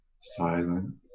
Silent